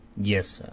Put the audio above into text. yes